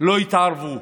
לא יתערבו.